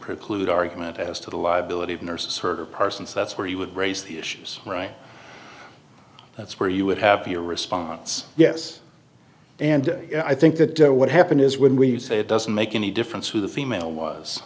preclude argument as to the liability of nurses her person so that's where he would raise the issues right that's where you would have your response yes and i think that what happened is when you say it doesn't make any difference who the female was